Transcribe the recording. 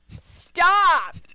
Stop